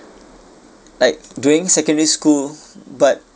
like during secondary school but